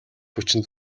хүчин